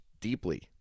deeply